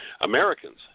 americans